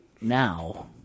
now